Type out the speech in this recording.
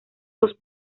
dos